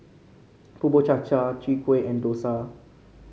Bubur Cha Cha Chwee Kueh and dosa